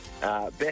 Best